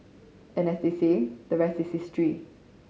and as they say the rest is history